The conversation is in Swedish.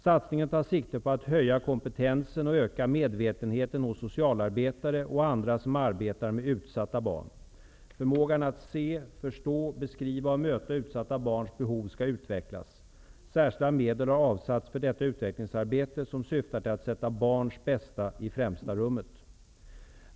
Satsningen tar sikte på att höja kompetensen och öka medvetenheten hos socialarbetare och andra som arbetar med utsatta barn. Förmågan att se, förstå, beskriva och möta utsatta barns behov skall utvecklas. Särskilda medel har avsatts för detta utvecklingsarbete som syftar till att sätta barns bästa i främsta rummet.